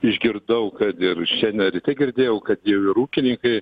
išgirdau kad ir šiandien ryte girdėjau kad jau ir ūkininkai